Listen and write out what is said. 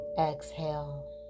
exhale